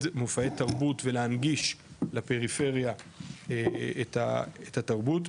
מופעי תרבות ולהנגיש לפריפריה את התרבות.